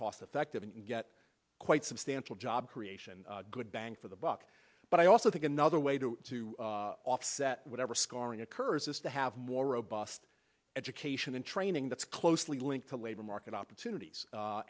cost effective and get quite substantial job creation good bang for the buck but i also think another way to offset whatever scarring occurs is to have more robust education and training that's closely linked to labor market opportunities a